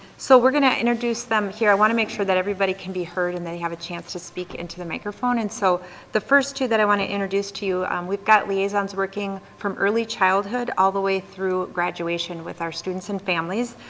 so, we're gonna introduce them here. i want to make sure that everybody can be heard and they have a chance to speak into the microphone and so the first two that i want to introduce to you, we've got liaisons working from early childhood all the way through graduation with our students and families.